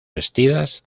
vestidas